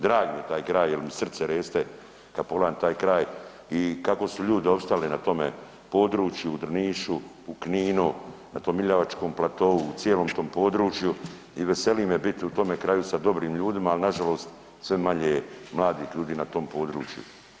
Drag mi je taj kraj jer mi srce reste kada pogledam taj kraj i kako su ljudi ostali na tome području u Drnišu, Kninu, na tom Miljavačkom platou u cijelom tom području i veseli me biti u tome kraju sa dobrim ljudima, ali nažalost sve manje je mladih ljudi na tom području.